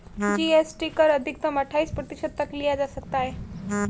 GST कर अधिकतम अठाइस प्रतिशत तक लिया जा सकता है